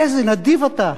איזה נדיב אתה.